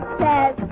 says